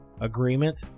agreement